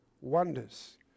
wonders